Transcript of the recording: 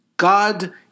God